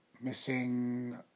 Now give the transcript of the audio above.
Missing